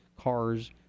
cars